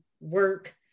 work